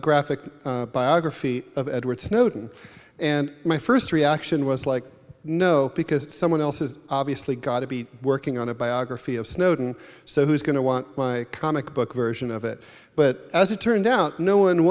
graphic biography of edward snowden and my first reaction was like no because someone else is obviously got to be working on a biography of snowden so who's going to want my comic book version of it but as it turned out no one